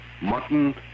mutton